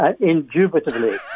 indubitably